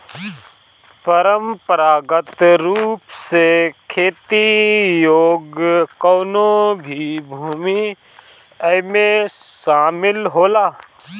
परंपरागत रूप से खेती योग्य कवनो भी भूमि एमे शामिल होला